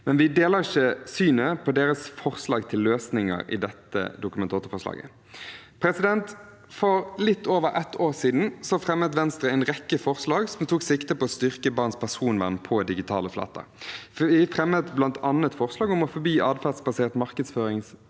men vi deler ikke synet på deres forslag til løsninger i dette Dokument 8-forslaget. For litt over et år siden fremmet Venstre en rekke forslag som tok sikte på å styrke barns personvern på digitale flater. Vi fremmet bl.a. forslag om å forby atferdsbasert markedsføring rettet